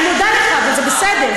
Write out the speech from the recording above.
אני מודה לך, אבל זה בסדר.